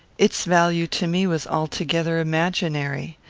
its value to me was altogether imaginary.